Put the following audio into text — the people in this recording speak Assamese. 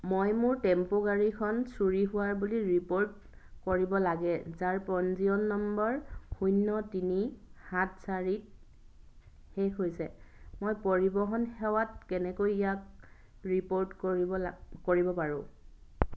মই মোৰ টেম্প' গাড়ীখন চুৰি হোৱা বুলি ৰিপ'ৰ্ট কৰিব লাগে যাৰ পঞ্জীয়ন নম্বৰ শূন্য তিনি সাত চাৰিত শেষ হৈছে মই পৰিৱহণ সেৱাত কেনেকৈ ইয়াক ৰিপ'ৰ্ট কৰিব লা কৰিব পাৰোঁ